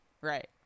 right